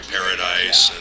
Paradise